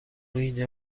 اینجا